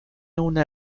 una